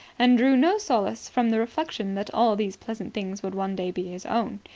and drew no solace from the reflection that all these pleasant things would one day be his own.